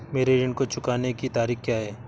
मेरे ऋण को चुकाने की तारीख़ क्या है?